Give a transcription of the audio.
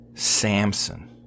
Samson